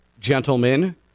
gentlemen